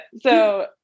so-